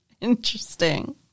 Interesting